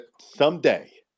someday